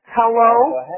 Hello